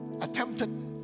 attempted